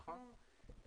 נכון.